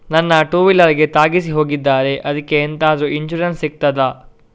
ನನ್ನ ಟೂವೀಲರ್ ಗೆ ತಾಗಿಸಿ ಹೋಗಿದ್ದಾರೆ ಅದ್ಕೆ ಎಂತಾದ್ರು ಇನ್ಸೂರೆನ್ಸ್ ಸಿಗ್ತದ?